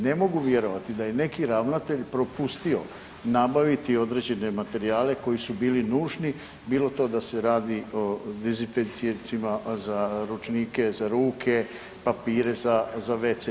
Ne mogu vjerovati da je neki ravnatelj propustio nabaviti određene materijale koji su bili nužni bilo to da se radi o dezinficijencima, za ručnike za ruke, papire za wc.